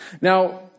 Now